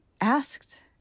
asked